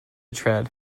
tread